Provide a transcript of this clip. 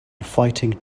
fighting